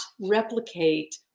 replicate